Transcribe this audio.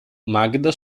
magda